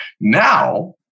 now